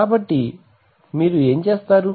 కాబట్టి మీరు ఏమి చేస్తారు